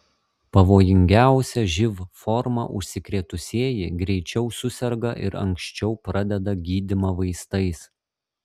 pavojingiausia živ forma užsikrėtusieji greičiau suserga ir anksčiau pradeda gydymą vaistais